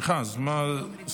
חברי הכנסת, תם סדר-היום.